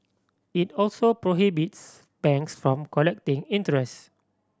it also prohibits banks from collecting interest